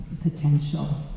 potential